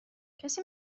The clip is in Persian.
کسی